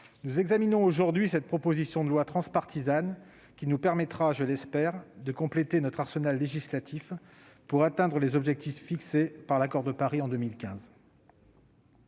nous examinons aujourd'hui cette proposition de loi transpartisane qui nous permettra, je l'espère, de compléter notre arsenal législatif pour atteindre les objectifs fixés par l'accord de Paris en 2015.